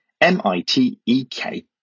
M-I-T-E-K